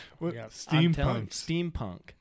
Steampunk